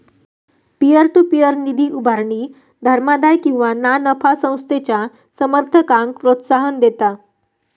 peer to peer निधी उभारणी धर्मादाय किंवा ना नफा संस्थेच्या समर्थकांक प्रोत्साहन देता